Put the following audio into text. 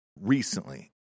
recently